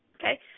Okay